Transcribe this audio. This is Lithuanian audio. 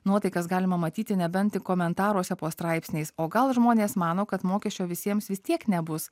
nuotaikas galima matyti nebent tik komentaruose po straipsniais o gal žmonės mano kad mokesčio visiems vis tiek nebus